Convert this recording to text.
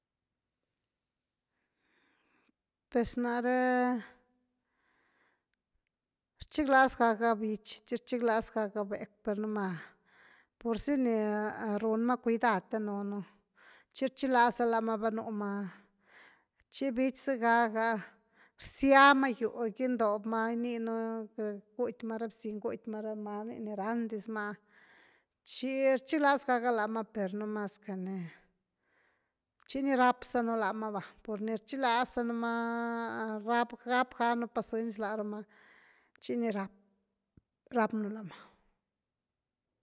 Pues nare rchiglaz gaga bich, chirchiglas gaga becw, per numa pursy ni run ma cuidar danunu, chi rchiglaza lama vanúma chi bich zëga ga, rsiama gyw, gindob ma rninu guty ma ra bziñ gutyma ra many ni randisma chi rchiglaz gaga lama per nomas que ni, chi ni rapzanu lama va purni rchiglaz zanu maa rap, gap ganu pacënci la ra’ma, chi ni rap, rapnú la’ma.